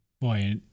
Boy